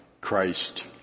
Christ